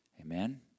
Amen